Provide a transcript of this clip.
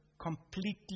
completely